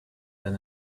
than